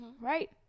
right